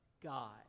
God